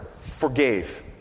forgave